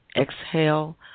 Exhale